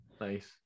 nice